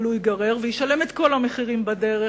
אבל הוא ייגרר וישלם את כל המחירים בדרך,